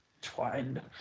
twined